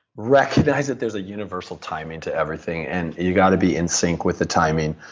recognize that there's a universal timing to everything, and you've got to be in sync with the timing.